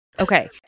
Okay